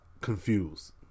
confused